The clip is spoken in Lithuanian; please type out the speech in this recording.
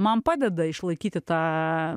man padeda išlaikyti tą